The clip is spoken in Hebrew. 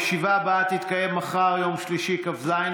יש כוח למשוך עוד 30 שעות.